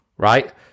Right